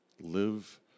live